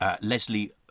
Leslie